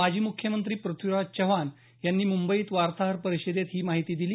माजी मुख्यमंत्री प्रथ्वीराज चव्हाण यांनी मुंबईत वार्ताहर परिषदेत ही माहिती दिली